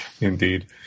Indeed